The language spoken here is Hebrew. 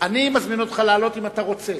אני מזמין אותך לעלות אם אתה רוצה,